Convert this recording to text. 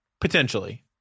Potentially